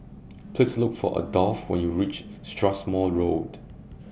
Please Look For Adolf when YOU REACH Strathmore Road